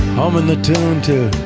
hollman the turn to